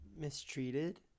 mistreated